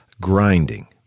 grinding